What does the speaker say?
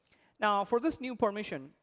now for this new permission,